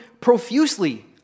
profusely